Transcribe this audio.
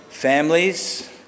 Families